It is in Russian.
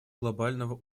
глобального